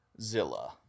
Zilla